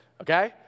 Okay